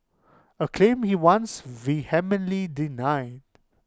A claim he once vehemently denied